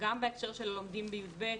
גם בהקשר של